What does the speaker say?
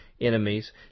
enemies